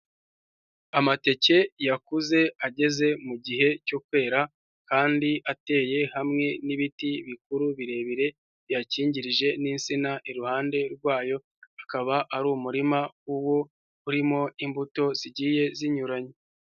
Amateke yakuze ageze mu gihe cyo kwera kandi ateye hamwe n'ibiti bikuru birebire biyakingirije n'insina, iruhande rwayo hakaba hari umurima uwo urimo imbuto zigiye zinyuranye.